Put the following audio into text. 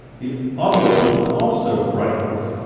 the other one also rises.